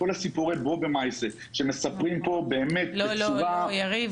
כל סיפורי בובע-מעיישה שמספרים פה באמת בצורה --- יריב,